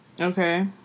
Okay